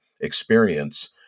experience